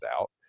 out